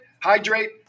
hydrate